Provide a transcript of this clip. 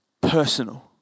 personal